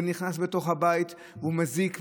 הוא נכנס בתוך הבית והוא מזיק,